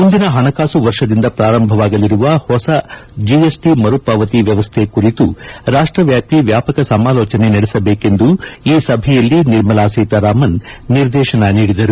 ಮುಂದಿನ ಹಣಕಾಸು ವರ್ಷದಿಂದ ಪ್ರಾರಂಭವಾಗಲಿರುವ ಹೊಸ ಜಿಎಸ್ಟಿ ಮರುಪಾವತಿ ವ್ಯವಸ್ಥೆ ಕುರಿತು ರಾಷ್ಟವ್ಯಾಪಿ ವ್ಯಾಪಕ ಸಮಾಲೋಚನೆ ನಡೆಸಬೇಕೆಂದು ಈ ಸಭೆಯಲ್ಲಿ ನಿರ್ಮಲಾ ಸೀತಾರಾಮನ್ ನಿರ್ದೇಶನ ನೀಡಿದರು